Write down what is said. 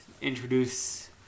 introduce